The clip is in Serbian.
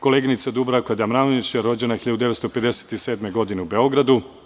Koleginica Dubravka Damjanović je rođena 1957. godine u Beogradu.